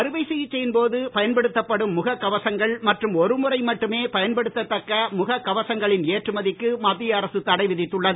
அறுவை சிகிச்சையின் போது பயன்படுத்தப் படும் முகக் கவசங்கள் மற்றும் ஒருமுறை மட்டுமே பயன்படுத்தத் தக்க முகக் கவசங்களின் ஏற்றுமதிக்கு மத்திய அரசு தடை விதித்துள்ளது